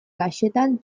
kaxetan